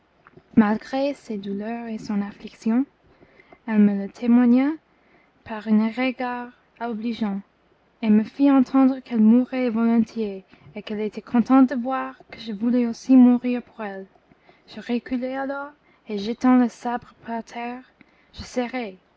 malgré ses douleurs et son affliction elle me le témoigna par un regard obligeant et me fit entendre qu'elle mourait volontiers et qu'elle était contente de voir que je voulais aussi mourir pour elle je reculai alors et jetant le sabre par terre je serais